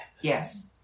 Yes